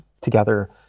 together